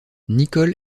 nicholl